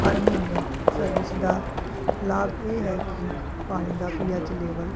ਹਰ ਮਹੀਨੇ ਸਰਵਿਸ ਦਾ ਲਾਭ ਇਹ ਹੈ ਕਿ ਪਾਣੀ ਦਾ ਪੀ ਐਚ ਲੇਵਲ